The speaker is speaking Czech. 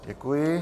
Děkuji.